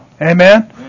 Amen